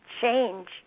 change